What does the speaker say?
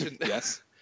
Yes